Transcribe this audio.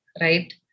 right